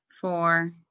four